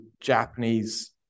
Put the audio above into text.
Japanese